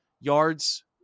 yards